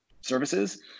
services